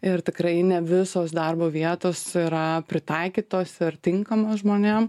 ir tikrai ne visos darbo vietos yra pritaikytos ir tinkamos žmonėm